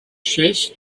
chest